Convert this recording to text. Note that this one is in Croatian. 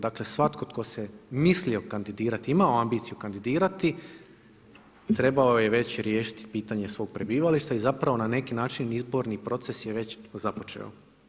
Dakle svatko tko se mislio kandidirati imao ambiciju kandidirati trebao je već riješiti pitanje svog prebivališta i zapravo na neki način izborni proces je već započeo.